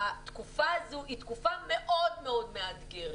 התקופה הזו היא תקופה מאוד מאוד מאתגרת,